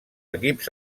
equips